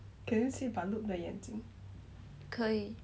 可以